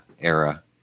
era